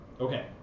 Okay